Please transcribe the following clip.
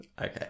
okay